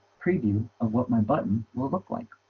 preview of what my button will look like